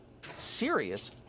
serious